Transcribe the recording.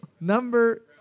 number